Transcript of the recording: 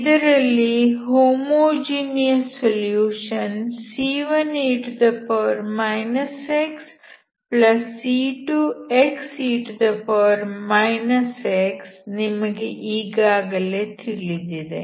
ಇದರಲ್ಲಿ homogeneous solution c1e xc2xe x ನಿಮಗೆ ಈಗಾಗಲೇ ತಿಳಿದಿದೆ